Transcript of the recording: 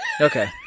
okay